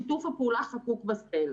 שיתוף הפעולה חקוק בסלע.